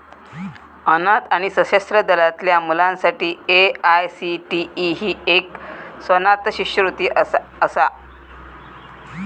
अनाथ आणि सशस्त्र दलातल्या मुलांसाठी ए.आय.सी.टी.ई ही एक स्वनाथ शिष्यवृत्ती असा